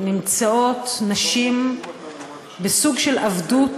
נמצאות נשים בסוג של עבדות,